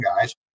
guys